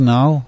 Now